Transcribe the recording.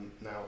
Now